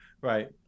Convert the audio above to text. right